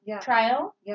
trial